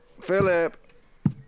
Philip